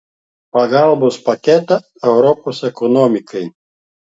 pagalbos paketą europos ekonomikai